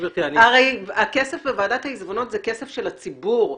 הרי הכסף בוועדת העיזבונות זה כסף של הציבור.